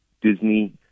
Disney